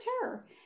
terror